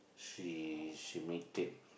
she she made it